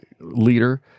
Leader